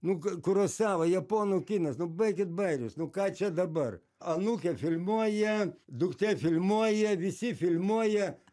nu k kurosava japonų kinas nu baikit bairius nu ką čia dabar anūkė filmuoja duktė filmuoja visi filmuoja